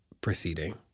proceeding